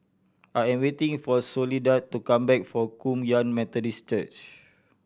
I am waiting for Soledad to come back from Kum Yan Methodist Church